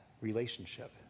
relationship